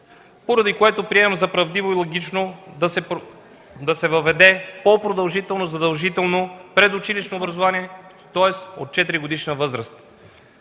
поради което приемам за правдиво и логично да се въведе по-продължително задължително предучилищно образование, тоест от 4-годишна възраст.